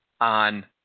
on